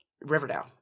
Riverdale